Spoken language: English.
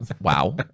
wow